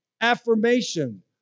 affirmation